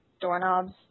doorknobs